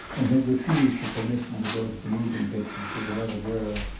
and had refused her permission to go to the moving-pictures with another girl.